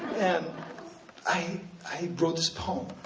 and i i wrote this poem,